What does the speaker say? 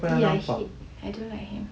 !ee! I hate I don't like him